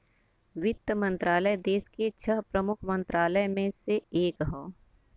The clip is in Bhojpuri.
वित्त मंत्रालय देस के छह प्रमुख मंत्रालय में से एक हौ